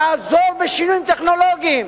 תעזור בשינויים טכנולוגיים,